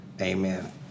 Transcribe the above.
amen